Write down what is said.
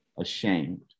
ashamed